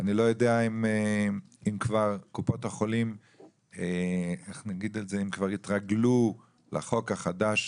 אני לא יודע אם קופות החולים כבר התרגלו לחוק החדש,